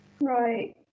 Right